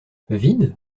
vide